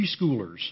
Preschoolers